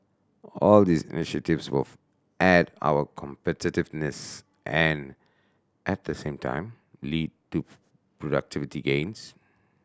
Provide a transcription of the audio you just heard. all these initiatives will add to our competitiveness and at the same time lead to productivity gains